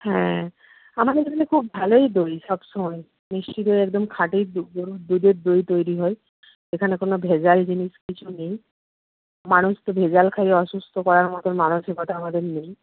হ্যাঁ আমাদের এখানে খুব ভালোই দই সবসময় মিষ্টি দই একদম খাঁটি গরুর দুধের দই তৈরি হয় এখানে কোনো ভেজাল জিনিস কিছু নেই মানুষকে ভেজাল খাইয়ে অসুস্থ করার মতন মানসিকতা আমাদের নেই